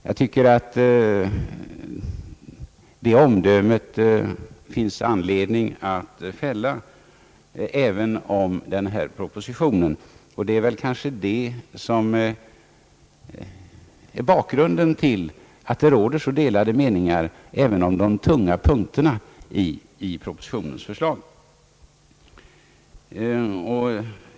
Jag tycker att det finns anledning att fälla det omdömet även om den här propositionen, och det är väl kanske det som är bakgrunden till att det råder så delade meningar även om de tunga punkterna i propositionens förslag.